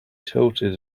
tilted